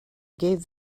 gave